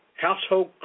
household